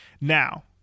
Now